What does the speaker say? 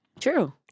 True